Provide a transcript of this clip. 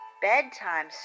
Bedtime